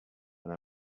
and